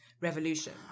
revolution